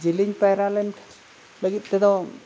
ᱡᱤᱞᱤᱧ ᱯᱟᱭᱨᱟ ᱞᱮᱱ ᱞᱟᱹᱜᱤᱫ ᱛᱮᱫᱚ